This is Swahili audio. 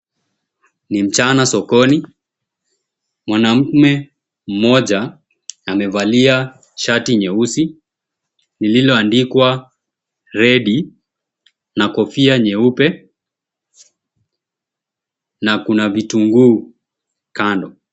Ni mchana sokoni, mwanamume mmoja amevalia shati nyeusi lililoandikwa Freddy na kofia nyeupe na kuna vitunguu kando.